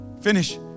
finish